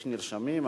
יש נרשמים?